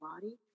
body